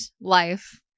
life